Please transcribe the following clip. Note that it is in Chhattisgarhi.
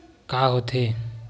का होथे?